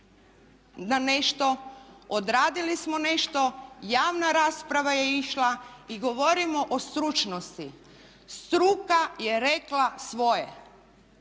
na nešto, odradili smo nešto, javna rasprava je išla i govorimo o stručnosti, struka je rekla svoje.